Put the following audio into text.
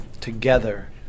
together